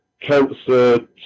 cancer